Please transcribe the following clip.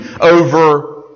over